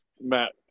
Matt